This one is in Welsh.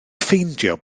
ffeindio